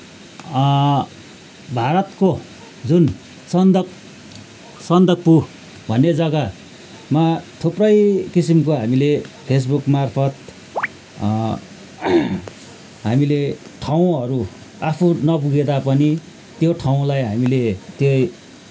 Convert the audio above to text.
भारतको जुन सन्दक सन्दकपु भन्ने जगामा थुप्रै किसिमको हामीले फेसबुकमार्फत हामीले ठाउँहरू आफू नपुगे तापनि त्यो ठाउँलाई हामीले त्यही